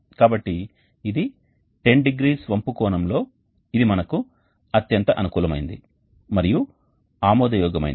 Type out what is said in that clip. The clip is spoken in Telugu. కాబట్టి ఇది 10 డిగ్రీల వంపు కోణంలో ఇది మనకు అత్యంత అనుకూలమైనది మరియు ఆమోదయోగ్యమైనది